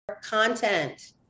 content